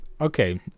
Okay